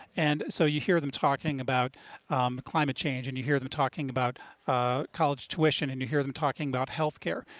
and so you hear them talking about climate change and you hear them talking about college tuition and you hear them talking about healthcare.